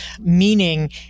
meaning